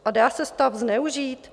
A dá se stav zneužít?